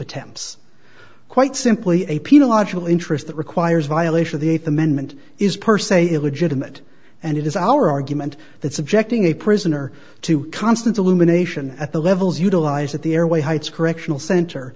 attempts quite simply a penal logical interest that requires violation of the eighth amendment is per se illegitimate and it is our argument that subjecting a prisoner to constant illumination at the levels utilized at the airway heights correctional center